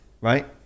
Right